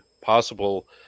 possible